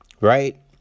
Right